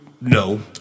No